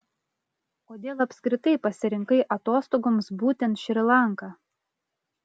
kodėl apskritai pasirinkai atostogoms būtent šri lanką